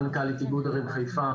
מנכ"לית איגוד ערים חיפה.